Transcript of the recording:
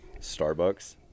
Starbucks